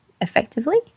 effectively